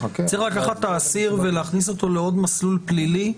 צריך לקחת את האסיר ולהכניס אותו לעוד מסלול פלילי,